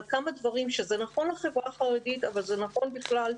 על כמה דברים שזה נכון לחברה החרדית אבל זה נכון בכלל,